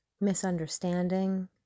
misunderstanding